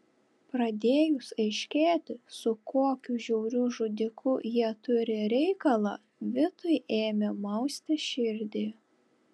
pradėjus aiškėti su kokiu žiauriu žudiku jie turi reikalą vitui ėmė mausti širdį